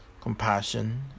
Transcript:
Compassion